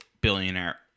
billionaire